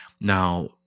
Now